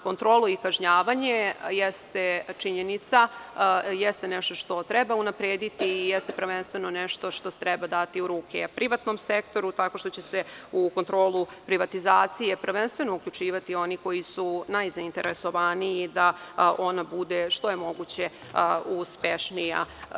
Kontrolu i kažnjavanje, činjenica je, treba unaprediti i to je nešto što treba dati u ruke privatnom sektoru tako što će se u kontrolu privatizacije prvenstveno uključivati oni koji su najzainteresovaniji da ona bude što je moguće uspešnija.